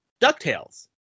DuckTales